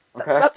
Okay